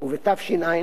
ובתשע"א,